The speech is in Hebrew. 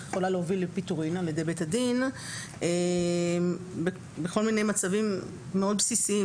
יכולה להוביל לפיטורין על ידי בית הדין בכל מיני מצבים מאוד בסיסיים,